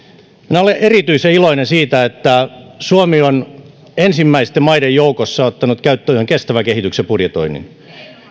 minä olen erityisen iloinen siitä että suomi on ensimmäisten maiden joukossa ottanut käyttöön kestävän kehityksen budjetoinnin